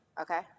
Okay